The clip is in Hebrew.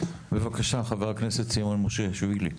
בקשה, חבר הכנסת סימון מושיאשוילי.